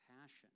passion